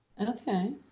Okay